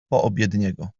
poobiedniego